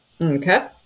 Okay